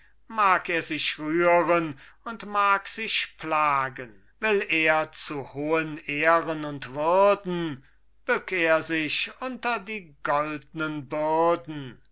mag er sich rühren und mag sich plagen will er zu hohen ehren und würden bück er sich unter die goldnen bürden